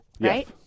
right